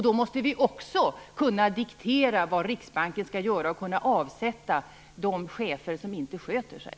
Vi måste också kunna diktera vad Riksbanken skall göra och kunna avsätta de chefer som inte sköter sig.